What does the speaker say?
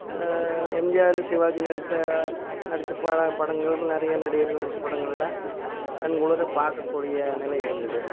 எம்ஜிஆர் சிவாஜி நடித்த நடித்த பட படங்கள் நிறைய நடிகர்கள் நடித்தப் படங்கள்லாம் கண்குளிரப் பார்க்கக்கூடிய நிலை இருந்தது